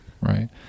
right